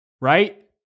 Right